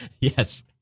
Yes